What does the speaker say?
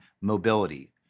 mobility